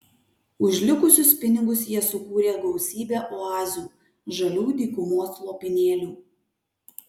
už likusius pinigus jie sukūrė gausybę oazių žalių dykumos lopinėlių